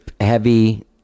heavy